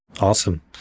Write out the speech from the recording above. Awesome